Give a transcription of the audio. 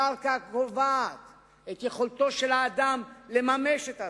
קרקע קובעת את יכולתו של האדם לממש את עצמו.